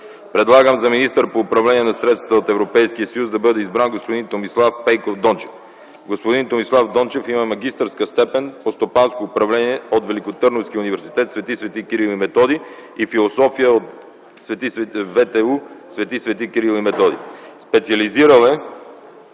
Предлагам за министър по управление на средствата от Европейския съюз да бъде избран господин Томислав Пейков Дончев. Господин Томислав Дончев има магистърска степен по стопанско управление от Великотърновския университет „Св.Св. Кирил и Методий” и философия от ВТУ „Св.Св. Кирил и Методий”. Специализирал е